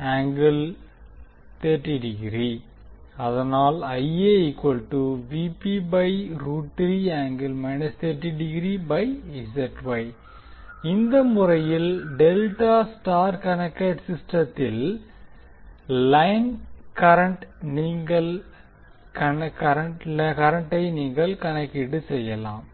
அதனால் இந்த முறையில் டெல்டா ஸ்டார் கனெக்டெட் சிஸ்டத்தில் லைன் கரண்டை நீங்கள் கணக்கீடு செய்யலாம்